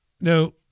Now